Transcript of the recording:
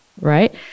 right